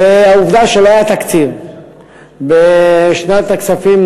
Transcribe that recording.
שלא היה תקציב בשנת הכספים,